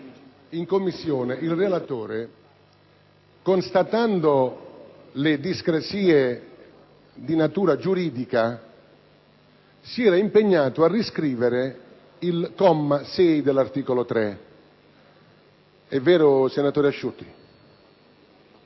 in Commissione il relatore, constatando le discrasie di natura giuridica, si era impegnato a riscrivere il comma 6 dell'articolo 3. Conferma, senatore Asciutti?